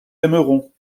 aimerons